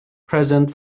present